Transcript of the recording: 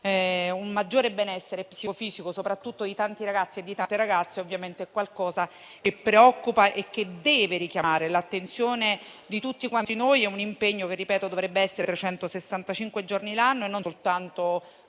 un maggiore benessere psicofisico soprattutto di tanti ragazzi e di tante ragazze, è qualcosa che preoccupa e che deve richiamare l'attenzione di tutti quanti noi. È un impegno che dovrebbe vederci impegnati